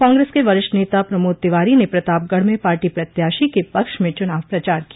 कांग्रेस के वरिष्ठ नेता प्रमोद तिवारी ने प्रतापगढ़ में पार्टी प्रत्याशी के पक्ष में चुनाव प्रचार किया